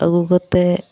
ᱟᱹᱜᱩ ᱠᱟᱛᱮᱫ